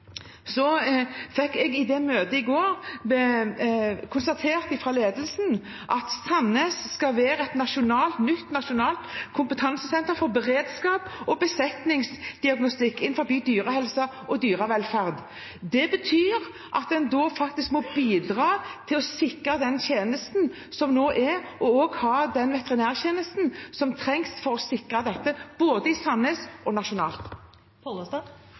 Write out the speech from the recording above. fikk jeg i møtet i går konstatert fra ledelsen at Sandnes skal være et nytt nasjonalt kompetansesenter for beredskap og besetningsdiagnostikk innenfor dyrehelse og dyrevelferd. Det betyr at en faktisk må bidra til å sikre den tjenesten som nå er der, og ha den veterinærtjenesten som trengs for å sikre dette både i Sandnes og nasjonalt.